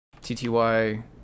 tty